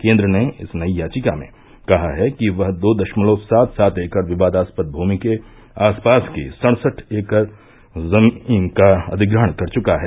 केन्द्र ने इस नई याचिका में कहा है कि वह दो दशमवल सात सात एकड़ विवादास्पद भूमि के आस पास की सड़सठ एकड़ भूमि का अधिग्रहण कर चुका है